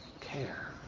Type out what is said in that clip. care